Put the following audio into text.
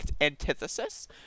antithesis